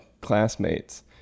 classmates